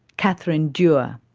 katherine dewar.